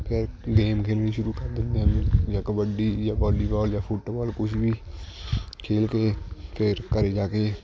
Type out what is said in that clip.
ਫਿਰ ਗੇਮ ਖੇਡਣੀ ਸ਼ੁਰੂ ਕਰ ਦਿੰਦੇ ਹਾਂ ਜਾਂ ਕਬੱਡੀ ਜਾਂ ਵੋਲਬਾਲ ਜਾਂ ਫੁੱਟਬਾਲ ਕੁਛ ਵੀ ਖੇਡ ਕੇ ਫੇਰ ਘਰ ਜਾ ਕੇ